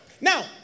Now